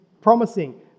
promising